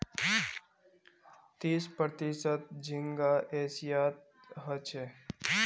तीस प्रतिशत झींगा एशियात ह छे